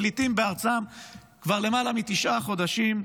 פליטים בארצם כבר למעלה מתשעה חודשים.